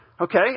Okay